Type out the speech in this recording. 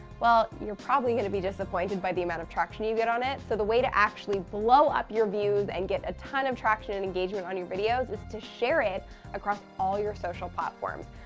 well, you're probably going to be disappointed by the amount of traction you get on it. so the way to actually blow up your views and get a ton of traction and engagement on your videos is to share it across all your social platforms.